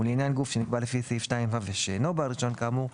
ולעניין גוף שנקבע לפי סעיף 2(ו) ושאינו בעל רישיון כאמור,